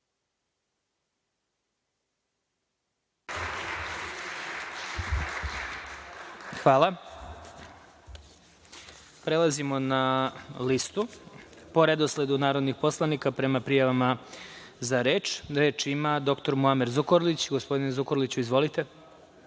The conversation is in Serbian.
Zahvaljujem. Prelazimo na listu po redosledu narodnih poslanika prema prijavama za reč. Reč ima dr Muamer Zukorlić. Gospodine Zukorliću, izvolite.